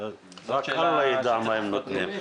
אף אחד לא יידע מה הם נותנים.